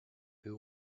who